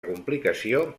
complicació